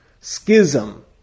schism